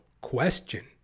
question